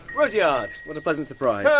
rudyard! what a pleasant surprise! yeah